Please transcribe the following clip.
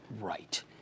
Right